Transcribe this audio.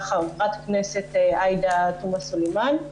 חברת הכנסת עאידה תומא סלימאן.